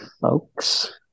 folks